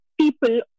people